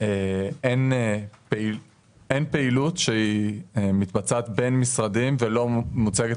אין פעילות שמתבצעת בין משרדים ולא מוצגת